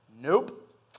nope